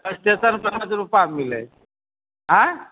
special पाँच रूपा मिलै छै आँय